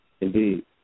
Indeed